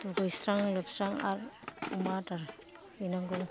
दुगैस्रां लोबस्रां आरो अमा आदार हैनांगौ